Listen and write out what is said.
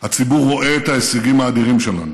הציבור רואה את ההישגים האדירים שלנו